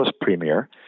premier